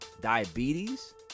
diabetes